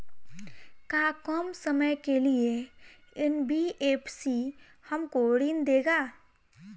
का कम समय के लिए एन.बी.एफ.सी हमको ऋण देगा?